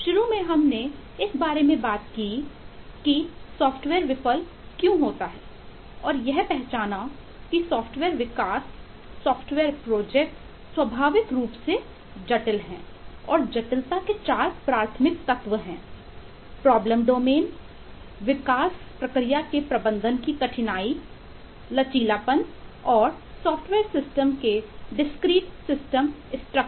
शुरू में हमने इस बारे में बात की कि सॉफ़्टवेयर परियोजना विफल क्यों हुई और यह पहचाना की सॉफ़्टवेयर विकास सॉफ़्टवेयर प्रोजेक्ट के कारण आने वाली समस्याएं